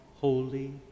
holy